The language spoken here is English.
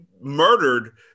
murdered